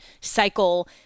cycle